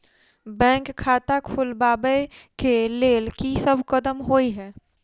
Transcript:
Bank खाता खोलबाबै केँ लेल की सब कदम होइ हय?